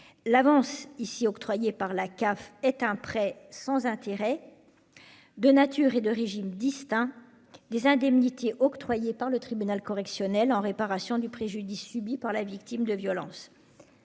l'avance octroyée par la CAF est un prêt sans intérêt, de nature et de régime distincts des indemnités octroyées par le tribunal correctionnel en réparation du préjudice subi par la victime de violences.